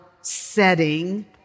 setting